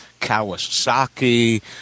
Kawasaki